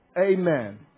Amen